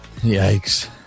yikes